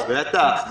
בטח...